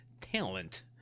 talent